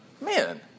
man